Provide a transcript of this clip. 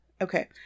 okay